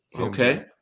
Okay